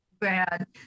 bad